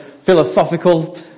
philosophical